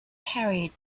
carried